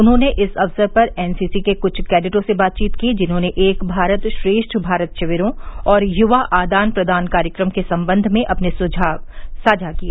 उन्होंने इस अवसर पर एनसीसी के कृष्ठ कैंडेटों से बातचीत की जिन्होंने एक भारत श्रेष्ठ भारत शिविरों और युवा आदान प्रदान कार्यक्रम के संबंध में अपने अनुभव साझा किए